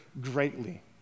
greatly